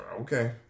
Okay